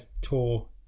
tour